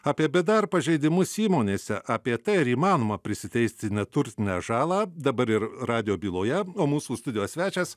apie bdr pažeidimus įmonėse apie tai ar įmanoma prisiteisti neturtinę žalą dabar ir radijo byloje o mūsų studijos svečias